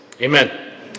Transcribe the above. amen